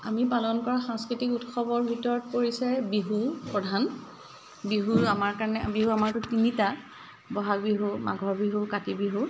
আমি পালন কৰা সাংস্কৃতিক উৎসৱৰ ভিতৰত পৰিছে বিহু প্ৰধান বিহু আমাৰ কাৰণে বিহু তিনিটা বহাগ বিহু মাঘৰ বিহু কাতি বিহু